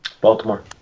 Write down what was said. Baltimore